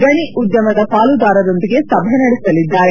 ಗಣಿ ಉದ್ಲಮದ ಪಾಲುದಾರರೊಂದಿಗೆ ಸಭೆ ನಡೆಸಲಿದ್ದಾರೆ